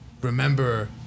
Remember